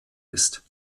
ist